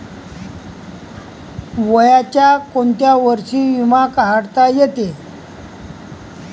वयाच्या कोंत्या वर्षी बिमा काढता येते?